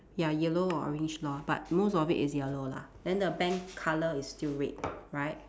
ya yellow or orange lor but most of it is yellow lah then the bank colour is still red right